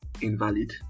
invalid